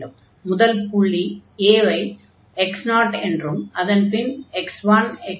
முதல் புள்ளி a ஐ x0 என்றும் அதன்பின் x1 x2 x3